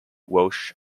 welsh